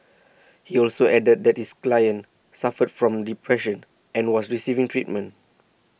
he also added that his client suffered from depression and was receiving treatment